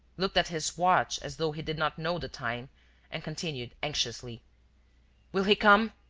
looked at his watch as though he did not know the time and continued, anxiously will he come?